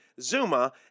Zuma